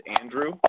Andrew